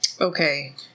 Okay